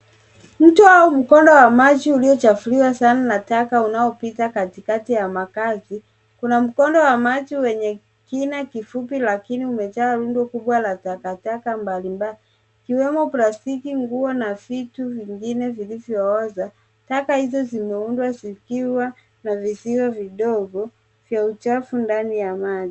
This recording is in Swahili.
Mto au mkondo wa maji uliochafuliwa sana na taka unapita katikati ya makazi, kuna mkondo wa maji wenye kina kifupi lakini umejaa rundo kubwa la takataka mbalimbali, ikiwemo plastiki ,nguo na vitu vingine vilivyooza. Taka hizo zimeundwa zikiwa na viziwa vidogo, vya uchafu ndani ya maji.